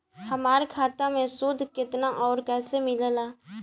हमार खाता मे सूद केतना आउर कैसे मिलेला?